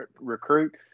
recruit